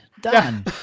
Done